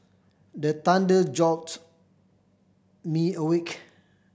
the thunder jolt me awake